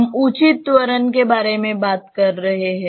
हम उचित त्वरण के बारे में बात कर रहे हैं